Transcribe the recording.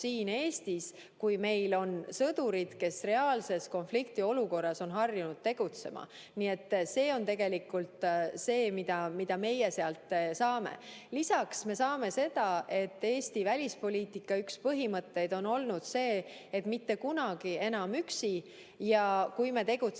siin Eestis, kui meil on sõdurid, kes reaalses konfliktiolukorras on harjunud tegutsema. Nii et see on see, mida meie sealt saame. Lisaks me saame seda, et Eesti välispoliitika üks põhimõtteid on olnud see, et mitte kunagi enam üksi. Ja kui me tegutseme